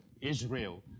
Israel